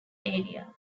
area